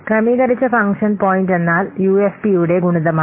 ക്രമീകരിച്ച function point എന്നാൽ UFP യുടെ ഗുണിതമാണ്